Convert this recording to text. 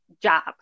job